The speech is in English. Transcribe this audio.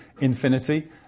infinity